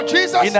Jesus